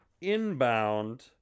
Inbound